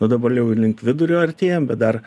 nu dabar jau ir link vidurio artėjam bet dar